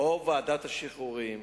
או בוועדת השחרורים,